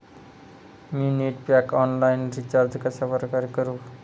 मी net pack online recharge कशाप्रकारे करु?